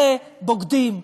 אלה בוגדים.